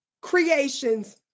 creations